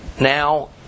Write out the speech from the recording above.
now